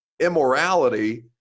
immorality